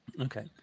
Okay